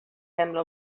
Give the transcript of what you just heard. sembra